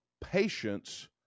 patience